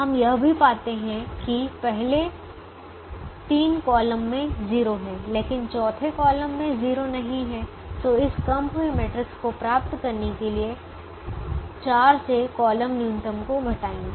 हम यह भी पाते हैं कि पहले 3 कॉलम में 0 है लेकिन चौथे कॉलम में 0 नहीं है तो इस कम हुई मैट्रिक्स को प्राप्त करने के लिए 4 से कॉलम न्यूनतम को घटाएंगे